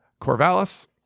Corvallis